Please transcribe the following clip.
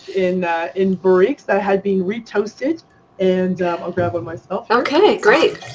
in in barriques that had been retoasted and i'll grabbed them myself. okay, great.